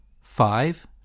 five